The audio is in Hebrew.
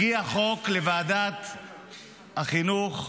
הגיע החוק לוועדת החינוך,